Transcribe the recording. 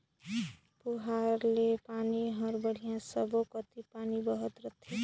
पुहारा ले पानी हर बड़िया सब्बो कति पानी बहत रथे